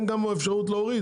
לא,